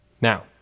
Now